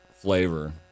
flavor